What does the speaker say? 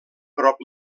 prop